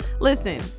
listen